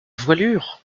voilure